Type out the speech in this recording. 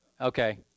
okay